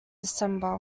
december